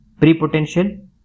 prepotential